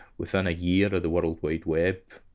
within a year of the worldwide web,